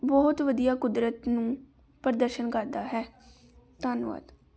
ਬਹੁਤ ਵਧੀਆ ਕੁਦਰਤ ਨੂੰ ਪ੍ਰਦਰਸ਼ਨ ਕਰਦਾ ਹੈ ਧੰਨਵਾਦ